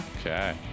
Okay